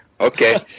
okay